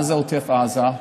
מה זה עוטף עזה?